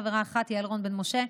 חברה אחת: יעל רון בן משה,